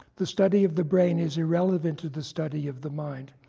the study of the brain is irrelevant to the study of the mind.